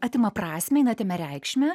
atima prasmę atima reikšmę